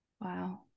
Wow